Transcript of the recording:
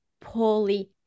poorly